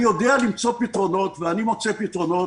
אני יודע למצוא פתרונות, ואני מוצא פתרונות.